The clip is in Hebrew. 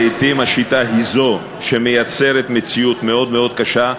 לעתים השיטה היא זו שמייצרת מציאות מאוד מאוד קשה.